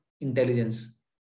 intelligence